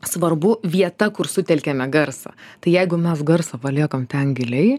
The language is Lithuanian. svarbu vieta kur sutelkiame garsą tai jeigu mes garsą paliekam ten giliai